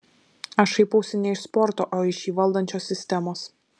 aš šaipausi ne iš sporto o iš jį valdančios sistemos